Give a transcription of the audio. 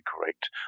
correct